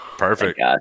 Perfect